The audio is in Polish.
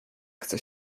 chce